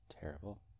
Terrible